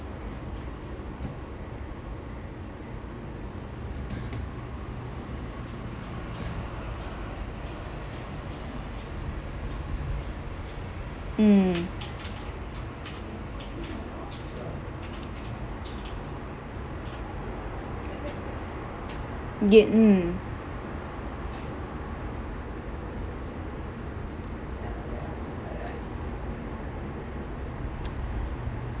mm get mm